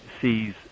sees